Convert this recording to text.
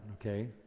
okay